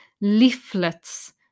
leaflets